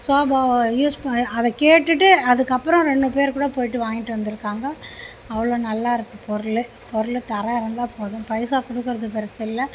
sofa use அதை கேட்டுட்டு அதுக்கு அப்புறம் ரெண்டு பேர்கூட போயிவிட்டு வாங்கிகிட்டு வந்துயிருக்காங்க அவ்வளோ நல்லாயிருக்கு பொருள் பொருள் தரம் இருந்தா போதும் பைசா கொடுக்கறது பெருசு இல்லை